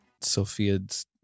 Sophia's